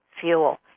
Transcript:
fuel